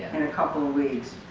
in a couple of weeks.